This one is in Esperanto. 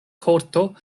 korto